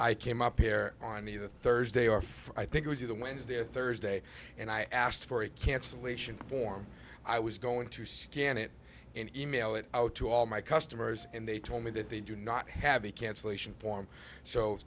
i came up here on either thursday or i think it was either wednesday or thursday and i asked for a cancellation form i was going to scan it and e mail it out to all my customers and they told me that they do not have a cancellation form so